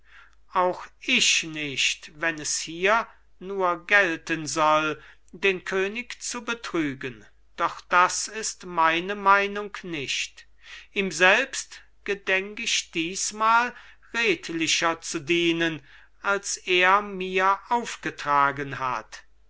auch ich nicht wenn es hier nur gelten soll den könig zu betrügen doch das ist meine meinung nicht ihm selbst gedenk ich diesmal redlicher zu dienen als er mir aufgetragen hat